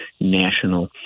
national